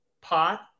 pot